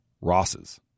Rosses